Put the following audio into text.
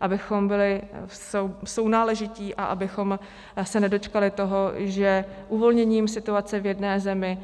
Abychom byli sounáležití a abychom se nedočkali toho, že uvolněním situace v jedné zemi